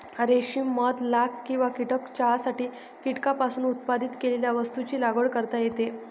रेशीम मध लाख किंवा कीटक चहासाठी कीटकांपासून उत्पादित केलेल्या वस्तूंची लागवड करता येते